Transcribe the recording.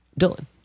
Dylan